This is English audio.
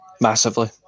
Massively